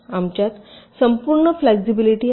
आमच्यात संपूर्ण फ्लेक्सिबिलिटी आहे